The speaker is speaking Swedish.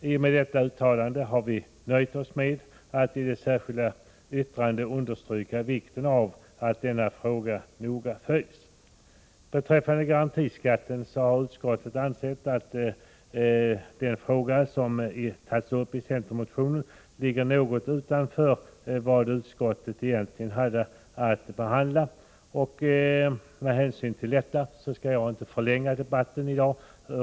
I och med detta uttalande har vi nöjt oss med att i det särskilda yttrandet understryka vikten av att denna fråga noga följs. Beträffande garantiskatten har utskottet ansett att den fråga som tas upp i centermotionen ligger något utanför vad utskottet egentligen hade att behandla. Med hänsyn till detta skall jag inte förlänga debatten i dag.